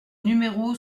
numéro